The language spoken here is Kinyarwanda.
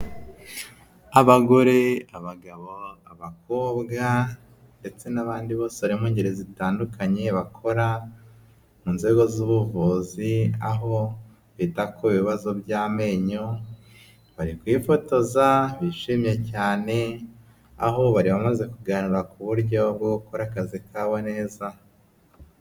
Abagore, abagabo, abakobwa ndetse n'abandi bose bari mu ngeri zitandukanye bakora mu nzego z'ubuvuzi, aho bita ku bibazo by'amenyo, bari kwifotoza bishimye cyane, aho bari bamaze kuganira ku buryo bwo gukora akazi kabo neza.